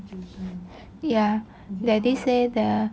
ya daddy say the